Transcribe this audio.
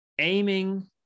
Aiming